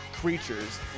Creatures